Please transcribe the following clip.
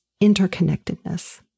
interconnectedness